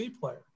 player